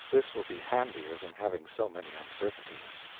this will be handier than having so many uncertainties.